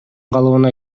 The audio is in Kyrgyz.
калыбына